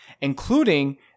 including